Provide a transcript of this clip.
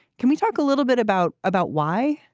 can we talk a little bit about about why?